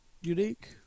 unique